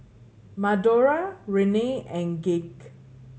Madora Renea and Gage